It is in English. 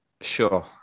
Sure